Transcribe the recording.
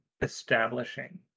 establishing